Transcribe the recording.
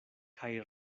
kaj